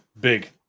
Big